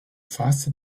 fasste